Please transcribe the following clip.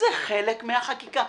זה חלק מהחקיקה.